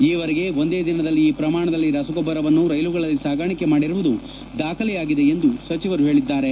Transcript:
ಈವರೆಗೆ ಒಂದೇ ದಿನದಲ್ಲಿ ಈ ಪ್ರಮಾಣದಲ್ಲಿ ರಸಗೊಬ್ಬರವನ್ನು ರೈಲುಗಳಲ್ಲಿ ಸಾಗಾಣಿಕೆ ಮಾಡಿರುವುದು ದಾಖಲೆಯಾಗಿದೆ ಎಂದು ಸಚಿವರು ಹೇಳಿದ್ದಾರೆ